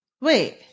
Wait